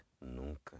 nunca